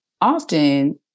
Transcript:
Often